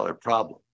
problem